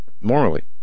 morally